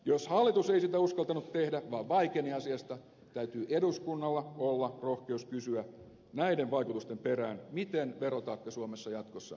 jos hallitus ei sitä uskaltanut tehdä vaan vaikeni asiasta täytyy eduskunnalla olla rohkeus kysyä näiden vaikutusten perään miten verotaakka suomessa jatkossa jaetaan